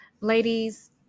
Ladies